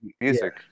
music